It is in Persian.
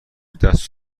دست